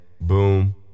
Boom